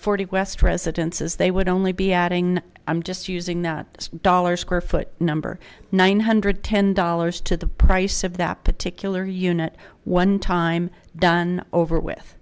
forty west residences they would only be adding i'm just using that dollars square foot number nine hundred ten dollars to the price of that particular unit one time done over with